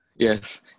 Yes